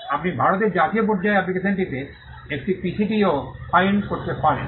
আপনি ভারতে জাতীয় পর্যায়ে অ্যাপ্লিকেশনটিতে একটি পিসিটিও ফাইল করতে পারেন